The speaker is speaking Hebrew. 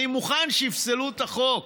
אני מוכן שיפסלו את החוק,